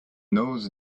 those